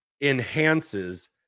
enhances